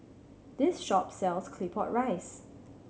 this shop sells Claypot Rice